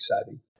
exciting